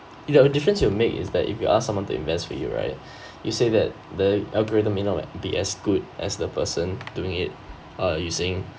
you know the difference you make is that if you ask someone to invest for you right you say that the algorithm may not like be as good as the person doing it ah you saying